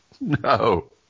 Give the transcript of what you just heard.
No